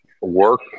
Work